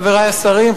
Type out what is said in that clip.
חברי השרים,